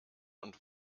und